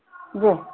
جی